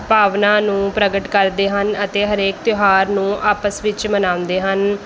ਭਾਵਨਾ ਨੂੰ ਪ੍ਰਗਟ ਕਰਦੇ ਹਨ ਅਤੇ ਹਰੇਕ ਤਿਉਹਾਰ ਨੂੰ ਆਪਸ ਵਿੱਚ ਮਨਾਉਂਦੇ ਹਨ